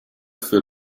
für